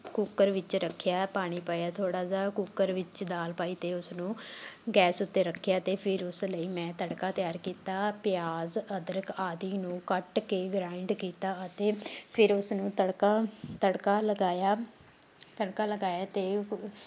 cooker ਵਿੱਚ ਰੱਖਿਆ ਪਾਣੀ ਪਾਇਆ ਥੋੜ੍ਹਾ ਜਿਹਾ ਕੁੱਕਰ ਵਿੱਚ ਦਾਲ ਪਾਈ ਅਤੇ ਉਸਨੂੰ ਗੈਸ ਉੱਤੇ ਰੱਖਿਆ ਅਤੇ ਫਿਰ ਉਸ ਲਈ ਮੈਂ ਤੜਕਾ ਤਿਆਰ ਕੀਤਾ ਪਿਆਜ਼ ਅਦਰਕ ਆਦਿ ਨੂੰ ਕੱਟ ਕੇ ਗਰਾਇੰਡ ਕੀਤਾ ਅਤੇ ਫਿਰ ਉਸਨੂੰ ਤੜਕਾ ਤੜਕਾ ਲਗਾਇਆ ਤੜਕਾ ਲਗਾਇਆ ਅਤੇ